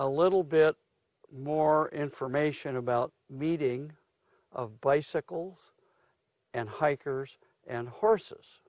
a little bit more information about meeting of bicycles and hikers and horses